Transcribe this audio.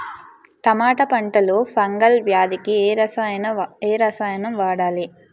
టమాటా పంట లో ఫంగల్ వ్యాధికి ఏ రసాయనం వాడాలి?